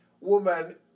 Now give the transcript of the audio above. woman